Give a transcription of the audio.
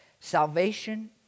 Salvation